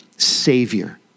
Savior